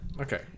okay